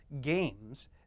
games